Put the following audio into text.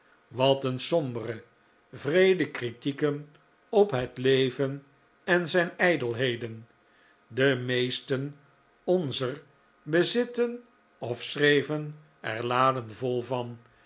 wat een sombere wreede kritieken op het leven en zijn ijdelheden de meesten onzer bezitten of schreven er laden vol van